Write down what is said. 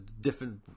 different